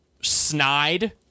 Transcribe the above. snide